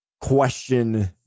question